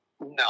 No